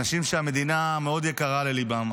אנשים שהמדינה מאוד יקרה לליבם.